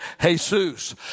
Jesus